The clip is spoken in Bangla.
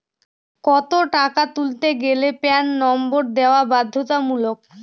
কত টাকা তুলতে গেলে প্যান নম্বর দেওয়া বাধ্যতামূলক?